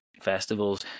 festivals